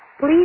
Please